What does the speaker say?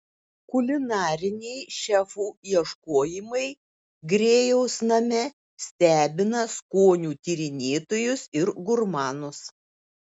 kulinariniai šefų ieškojimai grėjaus name stebina skonių tyrinėtojus ir gurmanus